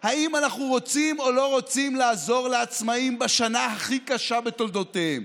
אם אנחנו רוצים או לא רוצים לעזור לעצמאים בשנה הכי קשה בתולדותיהם.